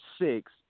six